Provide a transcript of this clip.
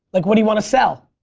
like what do you want to sell?